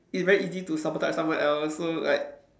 it's very easy to sabotage someone else so like